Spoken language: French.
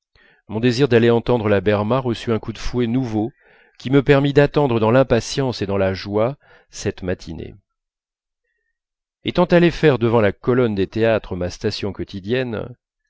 mon désir d'aller entendre la berma reçut un coup de fouet nouveau qui me permit d'attendre dans l'impatience et dans la joie cette matinée étant allé faire devant la colonne des théâtres ma station quotidienne